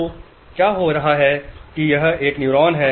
तो क्या हो रहा है कि यह एक न्यूरॉन है